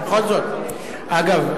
אגב,